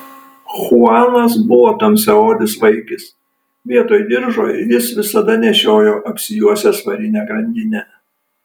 chuanas buvo tamsiaodis vaikis vietoj diržo jis visada nešiojo apsijuosęs varinę grandinę